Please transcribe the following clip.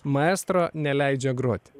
maestro neleidžia groti